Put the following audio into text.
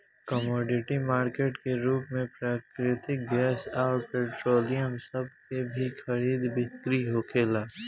commodity market के रूप में प्राकृतिक गैस अउर पेट्रोलियम सभ के भी खरीद बिक्री होखेला